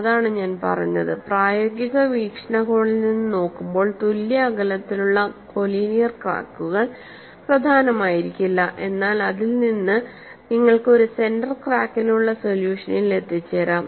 അതാണ് ഞാൻ പറഞ്ഞത് പ്രായോഗിക വീക്ഷണകോണിൽ നിന്ന് നോക്കുമ്പോൾ തുല്യ അകലത്തിലുള്ള കോലീനിയർ ക്രാക്കുകൾ പ്രധാനമായിരിക്കില്ല എന്നാൽ അതിൽ നിന്ന് നിങ്ങൾക്ക് ഒരു സെന്റർ ക്രാക്കിനുള്ള സൊല്യൂഷനിൽ എത്തിച്ചേരാം